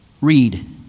read